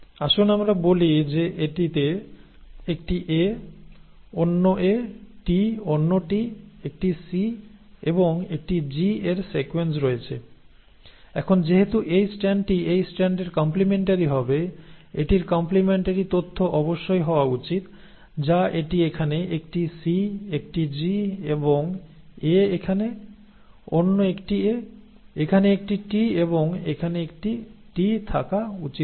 আসুন আমরা বলি যে এটিতে একটি A অন্য A T অন্য T একটি C এবং একটি G এর সিকোয়েন্স রয়েছে এখন যেহেতু এই স্ট্র্যান্ডটি এই স্ট্র্যান্ডের কম্প্লিমেন্টারি ছিল এটির কম্প্লিমেন্টারি তথ্য অবশ্যই হওয়া উচিত যা এটি এখানে একটি C একটি G এবং A এখানে অন্য একটি A এখানে একটি T এবং এখানে একটি T থাকা উচিত ছিল